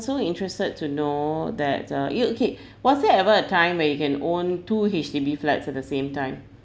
also interested to know that uh you okay was there ever a time where you can own two H_D_B flats at the same time